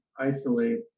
isolate